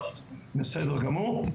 בסדר גמור.